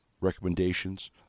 recommendations